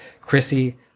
Chrissy